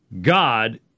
God